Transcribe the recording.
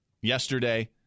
yesterday